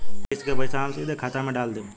किस्त के पईसा हम सीधे खाता में डाल देम?